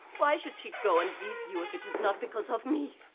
why should she go and leave you if it is not because of me?